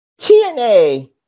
TNA